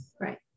Right